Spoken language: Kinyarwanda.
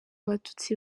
abatutsi